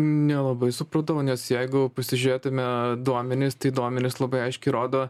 nelabai supratau nes jeigu pasižiūrėtume duomenis tai duomenys labai aiškiai rodo